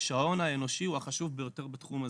כשההון האנושי הוא החשוב ביותר בתחום הזה.